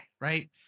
right